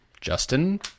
Justin